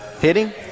Hitting